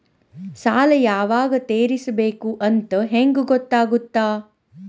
ಸಾಲ ಯಾವಾಗ ತೇರಿಸಬೇಕು ಅಂತ ಹೆಂಗ್ ಗೊತ್ತಾಗುತ್ತಾ?